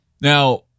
Now